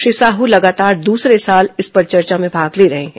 श्री साहू लगातार दूसरे साल इस परिचर्चा में भाग ले रहे हैं